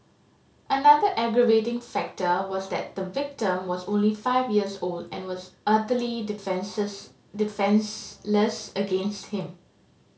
another aggravating factor was that the victim was only five years old and was utterly defenceless against him